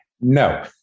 No